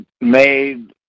made